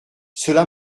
cela